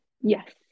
yes